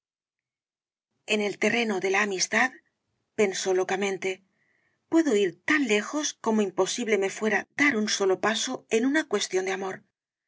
en el terreno de la amistadpensó locamente puedo ir tan lejos como imposible me fuera dar un solo paso en una cuestión de amor